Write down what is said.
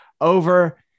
Over